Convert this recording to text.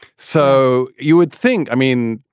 so you would think. i mean,